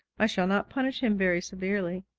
i shall not punish him very severely.